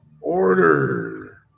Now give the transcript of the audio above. order